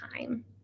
time